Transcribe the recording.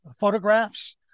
photographs